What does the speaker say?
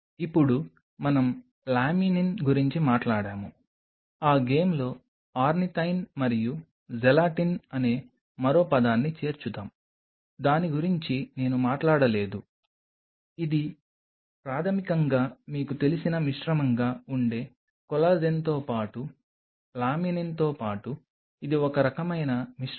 ఇప్పుడు మనం లామినిన్ గురించి మాట్లాడాము ఆ గేమ్లో ఆర్నిథైన్ మరియు జెలటిన్ అనే మరో పదాన్ని చేర్చుదాం దాని గురించి నేను మాట్లాడలేదు ఇది ప్రాథమికంగా మీకు తెలిసిన మిశ్రమంగా ఉండే కొల్లాజెన్తో పాటు లామినిన్తో పాటు ఇది ఒక రకమైన మిశ్రమం